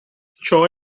ciò